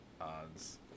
odds